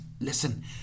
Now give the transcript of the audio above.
Listen